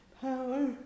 power